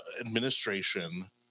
administration